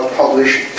published